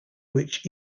which